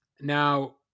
Now